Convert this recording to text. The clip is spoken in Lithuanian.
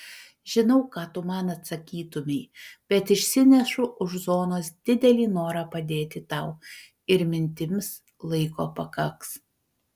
žinau ką tu man atsakytumei bet išsinešu už zonos didelį norą padėti tau ir mintims laiko pakaks